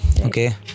okay